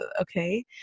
okay